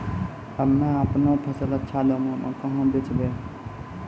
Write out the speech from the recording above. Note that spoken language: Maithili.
हम्मे आपनौ फसल अच्छा दामों मे कहाँ बेचबै?